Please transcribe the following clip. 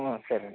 సరే